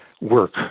work